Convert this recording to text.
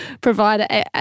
provide